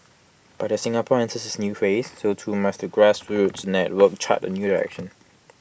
but Singapore enters its new phase so too must the grassroots network chart A new direction